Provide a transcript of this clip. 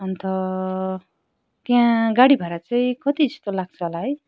अन्त त्यहाँ गाडी भाडा चाहिँ कति जस्तो लाग्छ होला है